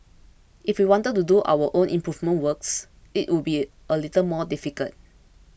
if we wanted to do our own improvement works it would be a little more difficult